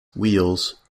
wheels